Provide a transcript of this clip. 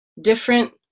different